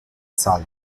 salem